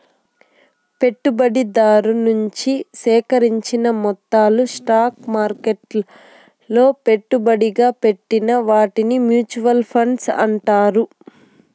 పెట్టుబడిదారు నుంచి సేకరించిన మొత్తాలు స్టాక్ మార్కెట్లలో పెట్టుబడిగా పెట్టిన వాటిని మూచువాల్ ఫండ్స్ అంటారు